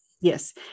Yes